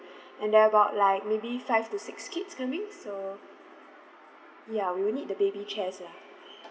and there about like maybe five to six kids coming so ya we will need the baby chairs lah